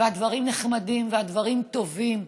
והדברים נחמדים והדברים טובים.